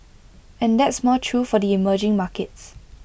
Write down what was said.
and that's more true for the emerging markets